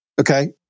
Okay